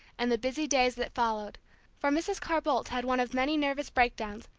and the busy days that followed for mrs. carr-boldt had one of many nervous break-downs,